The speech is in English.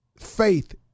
faith